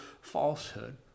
falsehood